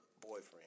boyfriend